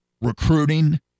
recruiting